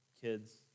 kids